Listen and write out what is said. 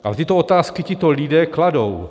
A tyto otázky tito lidé kladou.